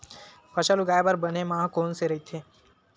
फसल उगाये बर बने माह कोन से राइथे?